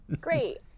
Great